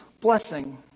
blessing